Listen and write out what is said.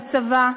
בצבא,